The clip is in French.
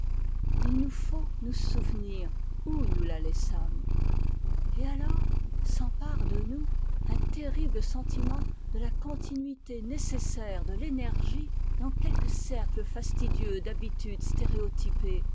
il nous faut nous souvenir où nous la laissâmes et alors s'empare de nous un terrible sentiment de la continuité nécessaire de l'énergie dans quelque cercle fastidieux d'habitudes stéréotypées